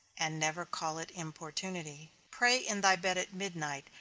and never call it importunity. pray in thy bed at midnight,